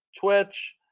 Twitch